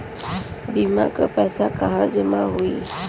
बीमा क पैसा कहाँ जमा होई?